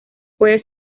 puede